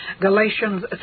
Galatians